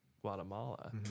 Guatemala